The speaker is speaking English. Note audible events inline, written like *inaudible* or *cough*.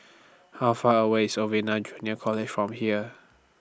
How Far away IS *unintelligible* Junior College from here